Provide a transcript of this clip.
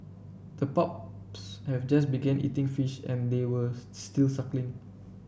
the pups have just began eating fish and they were still suckling